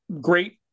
Great